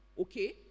Okay